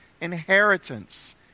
inheritance